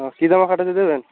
হ্যাঁ কী জামা কাটাতে দেবেন